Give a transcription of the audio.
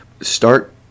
start